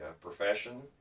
profession